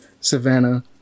Savannah